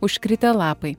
užkritę lapai